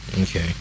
Okay